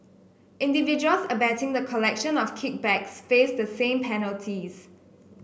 individuals abetting the collection of kickbacks face the same penalties